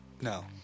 No